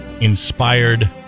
Inspired